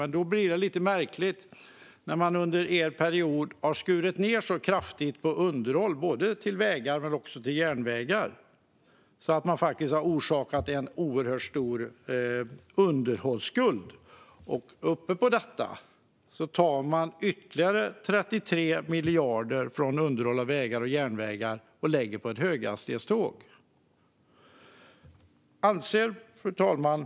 Det blir lite märkligt, eftersom man under sin regeringsperiod skar ned så kraftigt på underhållet av vägar men också av järnvägar och har orsakat en oerhört stor underhållsskuld. Utöver det tar man ytterligare 33 miljarder från underhåll av vägar och järnvägar och lägger på ett höghastighetståg. Fru talman!